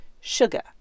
sugar